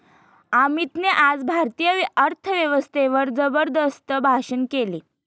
अमितने आज भारतीय अर्थव्यवस्थेवर जबरदस्त भाषण केले